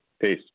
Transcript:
Peace